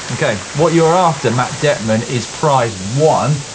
okay, what you're after matt dettman, is prize one,